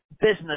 business